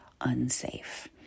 unsafe